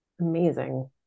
amazing